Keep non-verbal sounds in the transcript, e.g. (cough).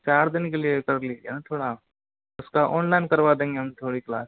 चार दिन के लिए (unintelligible) थोड़ा उसका ऑनलाइन करवा देंगे हम थोड़ी क्लास